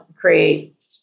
create